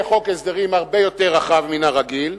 והוא יהיה חוק הסדרים הרבה יותר רחב מן הרגיל.